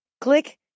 Click